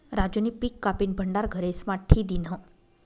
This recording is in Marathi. राजूनी पिक कापीन भंडार घरेस्मा ठी दिन्हं